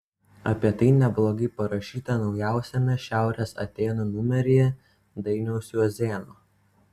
apie tai neblogai parašyta naujausiame šiaurės atėnų numeryje dainiaus juozėno